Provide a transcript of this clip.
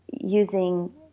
using